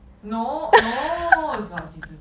no no is not jesus